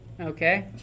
Okay